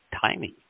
timing